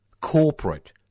corporate